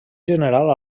general